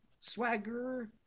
swagger